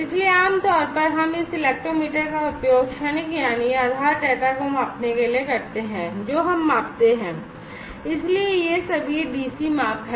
इसलिए आमतौर पर हम इस इलेक्ट्रोमेटर का उपयोग क्षणिक यानी आधार डेटा को मापने के लिए करते हैं जो हम मापते हैं इसलिए ये सभी dc माप हैं